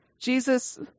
Jesus